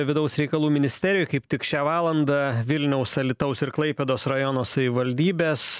vidaus reikalų ministerijoj kaip tik šią valandą vilniaus alytaus ir klaipėdos rajono savivaldybės